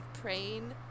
praying –